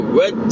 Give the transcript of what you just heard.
red